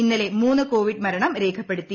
ഇന്നലെ മൂന്ന് കോവിഡ് മരണം രേഖപ്പെടുത്തി